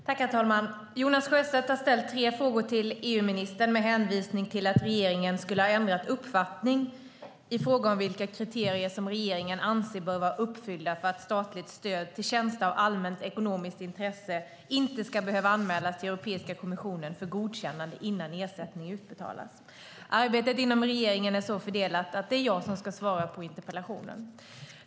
Herr talman! Jonas Sjöstedt har ställt tre frågor till EU-ministern med hänvisning till att regeringen skulle ha ändrat uppfattning i fråga om vilka kriterier som regeringen anser bör vara uppfyllda för att statligt stöd till tjänster av allmänt ekonomiskt intresse inte ska behöva anmälas till Europeiska kommissionen för godkännande innan ersättningen utbetalas. Arbetet inom regeringen är så fördelat att det är jag som ska svara på interpellationen.